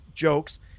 Jokes